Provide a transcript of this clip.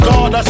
God